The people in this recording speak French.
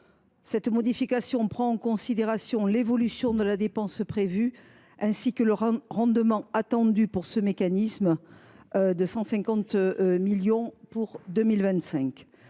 Cette modification prend en considération l’évolution de la dépense prévue ainsi que le rendement attendu pour ce mécanisme de 150 millions d’euros pour 2025.